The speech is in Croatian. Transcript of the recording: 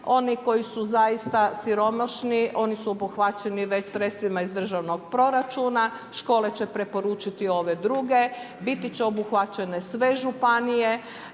Oni koji su zaista siromašni oni su obuhvaćeni već sredstvima iz državnog proračuna, škole će preporučiti ove druge. Biti će obuhvaćene sve županije